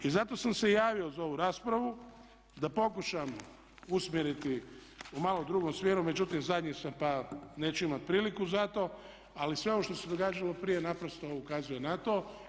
I zato sam se javio za ovu raspravu da pokušam usmjeriti u malo drugom smjeru, međutim zadnji sam pa neću imati priliku za to, ali sve ovo što se događalo prije naprosto ukazuje na to.